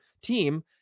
team